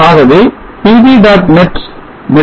ஆகவே pv